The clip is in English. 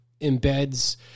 embeds